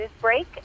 Newsbreak